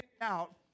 out